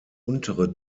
untere